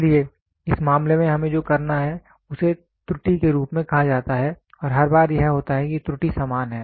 इसलिए इस मामले में हमें जो करना है उसे त्रुटि के रूप में कहा जाता है और हर बार यह होता है कि त्रुटि समान है